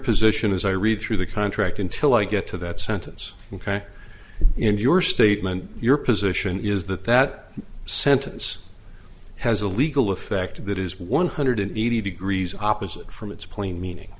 position as i read through the contract until i get to that sentence in your statement your position is that that sentence has a legal effect that is one hundred eighty degrees opposite from its plain meaning